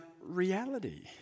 reality